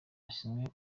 basinye